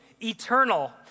eternal